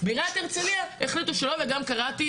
בעיריית הרצליה החליטו שלא וגם קראתי